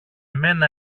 μένα